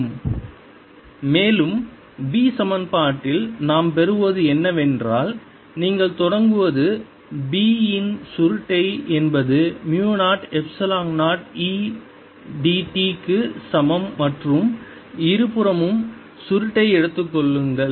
2Exx2002Ext2 2Eyx2002Eyt2 2Ezx2002Ezt2c100 மேலும் B சமன்பாட்டில் நாம் பெறுவது என்னவென்றால் நீங்கள் தொடங்குவது B இன் சுருட்டை என்பது மு 0 எப்சிலான் 0 dE dt க்கு சமம் மற்றும் இருபுறமும் சுருட்டை எடுத்துக் கொள்ளுங்கள்